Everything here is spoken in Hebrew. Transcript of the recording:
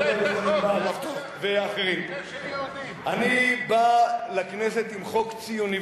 אני בא לכנסת עם חוק ציוני,